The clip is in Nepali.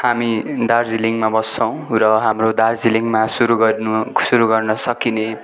हामी दर्जिलिङमा बस्छौँ र हाम्रो दार्जिलिङमा सुरु गर्नु सुरु गर्न सकिने